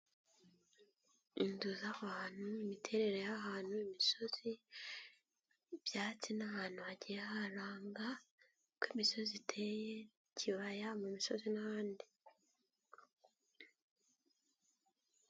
Inzu z'abantu, imiterere y'ahantu, imisozi, ibyatsi n'ahantu hagiye hahananga, uko imisozi iteye, ikibaya mu misozi n'ahandi.